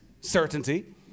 certainty